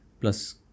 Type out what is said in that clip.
plus